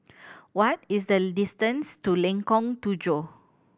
what is the distance to Lengkong Tujuh